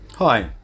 Hi